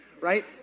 Right